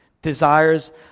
desires